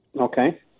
Okay